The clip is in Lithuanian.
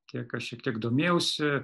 kiek aš šiek tiek domėjausi